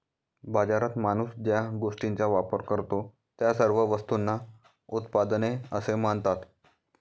बाजारात माणूस ज्या गोष्टींचा वापर करतो, त्या सर्व वस्तूंना उत्पादने असे म्हणतात